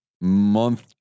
month